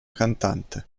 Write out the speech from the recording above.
cantante